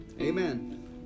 Amen